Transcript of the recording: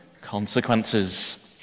consequences